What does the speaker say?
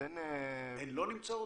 הן לא נמצאות?